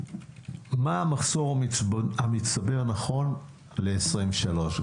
מה המחסור המצטבר, נכון ל-23'?